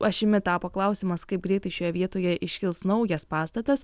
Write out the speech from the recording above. ašimi tapo klausimas kaip greitai šioje vietoje iškils naujas pastatas